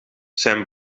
zijn